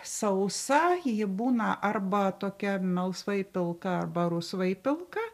sausa ji būna arba tokia melsvai pilka arba rusvai pilka